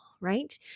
right